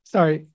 Sorry